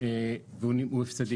והוא הפסדי.